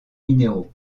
minéraux